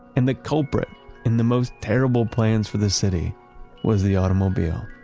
and the culprit in the most terrible plans for the city was the automobile.